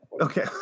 Okay